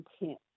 intent